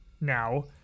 now